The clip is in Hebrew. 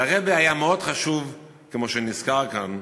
לרעבע היה מאוד חשוב, כמו שנזכר כאן,